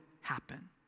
happen